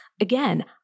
Again